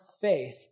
faith